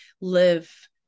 live